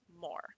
more